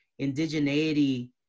indigeneity